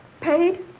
Paid